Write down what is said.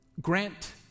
Grant